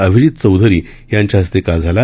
अभिजित चौधरी यांच्या हस्ते काल झाला